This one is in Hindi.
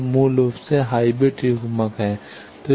यह मूल रूप से यह हाइब्रिड युग्मक है